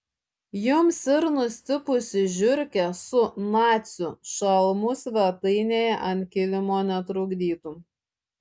jums ir nustipusi žiurkė su nacių šalmu svetainėje ant kilimo netrukdytų